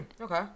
okay